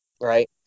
Right